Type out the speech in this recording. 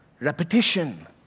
Repetition